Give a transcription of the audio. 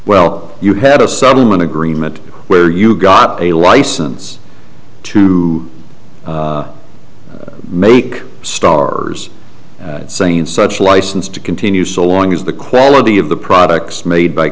well you had a settlement agreement where you got a license to make stars saying such license to continue so long as the quality of the products made by